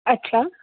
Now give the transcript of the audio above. अच्छा